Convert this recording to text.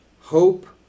Hope